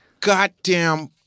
goddamn